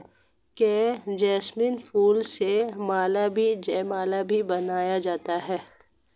crepe jasmine फूल से माला व जयमाला भी बनाया जाता है